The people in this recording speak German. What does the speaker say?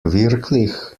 wirklich